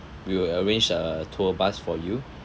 we will arrange a tour bus for you